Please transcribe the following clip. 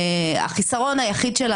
שהחיסרון היחיד שלה,